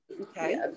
okay